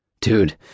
Dude